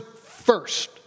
first